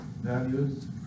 values